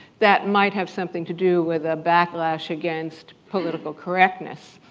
that might have something to do with a backlash against political correctness.